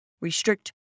restrict